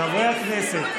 חברי הכנסת,